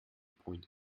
point